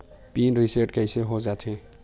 Pin reset कइसे हो जाथे?